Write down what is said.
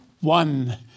one